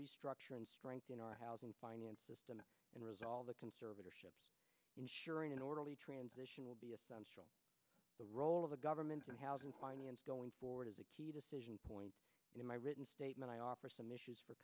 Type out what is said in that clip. restructure and strengthen our housing finance system and resolve the conservatorship ensuring an orderly transition will be essential the role of the government and housing finance going forward is a key decision point in my written statement i offer